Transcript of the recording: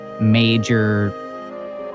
major